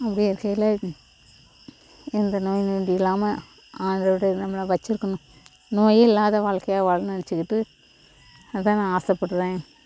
அப்படி இருக்கையில் எந்த நோய் நொடி இல்லாமல் ஆரோக்கியத்தோடு நம்மளை வெச்சுருக்கணும் நோய் இல்லாத வாழ்க்கையாக வாழணும் நினச்சுக்கிட்டு அதுதான் ஆசைப்படுறேன்